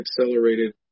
accelerated